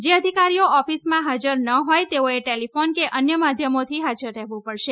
જે અધિકારીઓ ઓફિસમાં હાજર ના હોય તેઓએ ટેલીફોન કે અન્ય માધ્યમોથી હાજર રહેવું પડશે